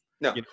no